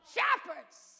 Shepherds